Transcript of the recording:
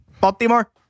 Baltimore